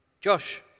Josh